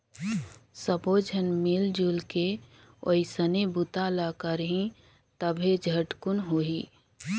सब्बो झन मिलजुल के ओइसने बूता ल करही तभे झटकुन होही